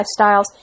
lifestyles